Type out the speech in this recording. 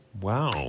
wow